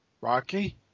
Rocky